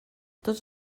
tots